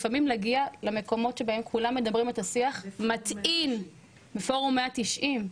לפעמים להגיע למקומות שבהם מדברים אותו שיח הוא מתאים בכוחו ובאנרגיה,